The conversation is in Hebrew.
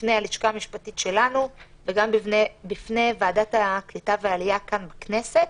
בפני הלשכה המשפטית שלנו וגם בפני ועדת הקליטה והעלייה כאן בכנסת.